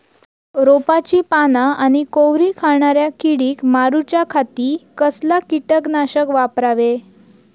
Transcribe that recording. रोपाची पाना आनी कोवरी खाणाऱ्या किडीक मारूच्या खाती कसला किटकनाशक वापरावे?